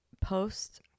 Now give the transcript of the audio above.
Post